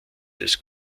des